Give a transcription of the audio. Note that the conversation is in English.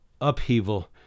upheaval